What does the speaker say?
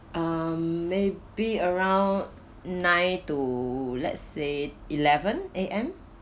um may be around nine to let say eleven A M